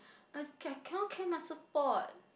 I I cannot carry my surf board